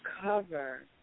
cover